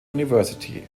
university